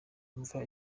umva